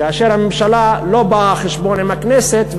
כאשר הממשלה לא באה חשבון עם הכנסת,